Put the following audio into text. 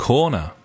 Corner